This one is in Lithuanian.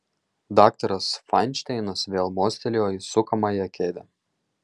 daktaras fainšteinas vėl mostelėjo į sukamąją kėdę